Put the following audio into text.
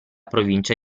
provincia